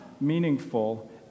meaningful